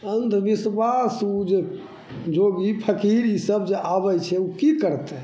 अन्धविश्वास ओ जे जोगी फकीर ईसब जे आबै छै ओ कि करतै